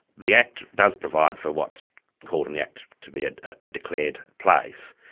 the act does provide for what's called in the act to be a ah declared place.